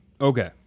Okay